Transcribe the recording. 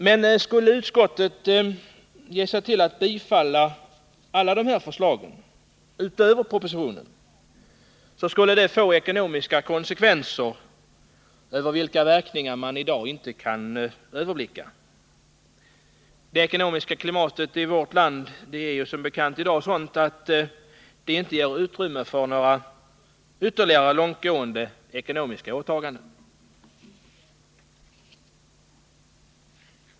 Men skulle utskottet ge sig till att biträda alla dessa förslag, utöver propositionens förslag, skulle det få ekonomiska konsekvenser, vilkas verkningar man i dag inte kan överblicka. Det ekonomiska klimatet i vårt land är som bekant i dag sådant att det inte ger utrymme för några ytterligare långtgående ekonomiska åtaganden.